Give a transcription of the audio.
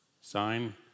sign